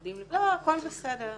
לא, הכל בסדר.